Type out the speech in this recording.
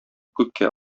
күккә